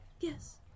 Yes